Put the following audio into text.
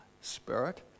Spirit